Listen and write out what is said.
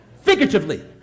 Figuratively